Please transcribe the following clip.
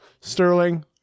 Sterling